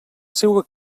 seua